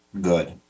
good